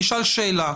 לא.